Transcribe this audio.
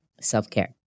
self-care